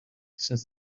since